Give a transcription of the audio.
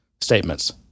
statements